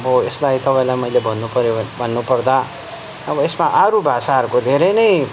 अब यसलाई तपाईँलाई भन्नु पर्यो भने भन्नुपर्दा अब यसमा अरू भाषाहरूको धेरै नै